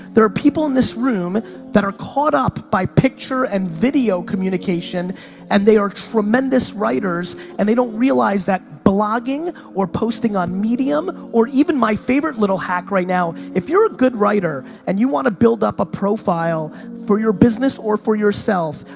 there are people in this room that are caught up by picture and video communication and they are tremendous writers and they don't realize that blogging or posting on medium or even my favorite little hack right now, if you're a good writer and you wanna build up a profile for your business or for yourself,